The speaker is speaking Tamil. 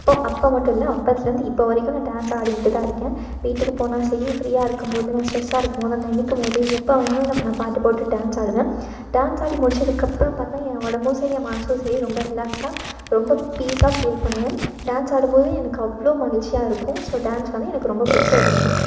அப்போது அப்போ மட்டும் இல்லை அப்போத்துலருந்து இப்போ வரைக்கும் நான் டான்ஸ் ஆடிகிட்டுதான் இருக்கேன் வீட்டுக்கு போனால் சரி ஃப்ரீயாக இருக்கும்போதும் நான் ஸ்ட்ரெஸ்ஸாக இருக்கும்போது நான் நினைக்கம்போது எப்போவேனாலும் நான் நான் பாட்டு போட்டுகிட்டு டான்ஸ் ஆடுவேன் டான்ஸ் ஆடி முடித்ததுக்கு அப்புறம் பார்த்தா என் உடம்பும் சரி என் மனசும் சரி ரொம்ப ரிலாக்ஸாக ரொம்ப பீஸாக ஃபீல் பண்ணுவேன் டான்ஸ் ஆடும்போது எனக்கு அவ்வளோ மகிழ்ச்சியாக இருக்கும் ஸோ டான்ஸ் வந்து எனக்கு ரொம்ப பிடிச்ச ஒரு விஷயம்